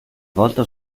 volta